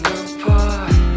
apart